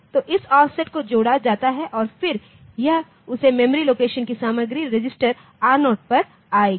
तो इस ऑफसेट को जोड़ा जाता है और फिर यह उस मेमोरी लोकेशन की सामग्री रजिस्टर R0 पर आएगी